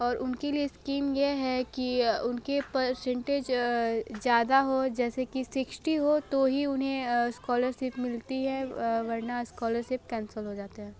और उनके लिए स्कीम ये है कि उनके परसेंटेज ज़्यादा हो जैसे कि सिक्सटी हो तो ही उन्हें स्कॉलरशिप मिलती है वरना स्कॉलरशिप कैंसल हो जाते हैं